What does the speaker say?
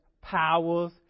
powers